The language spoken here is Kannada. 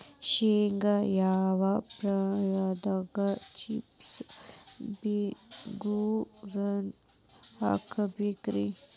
ಶೇಂಗಾಕ್ಕ ಯಾವ ಪ್ರಾಯದಾಗ ಜಿಪ್ಸಂ ಬೋರಾನ್ ಹಾಕಬೇಕ ರಿ?